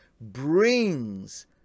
brings